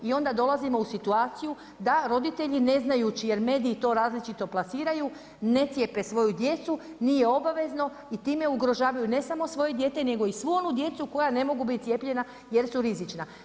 I onda dolazimo u situaciju da roditelji ne znajući jer mediji to različito plasiraju ne cijepe svoju djecu, nije obavezno i time ugrožavaju ne samo svoje dijete nego i svu onu djecu koja ne mogu biti cijepljena jer su rizična.